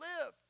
live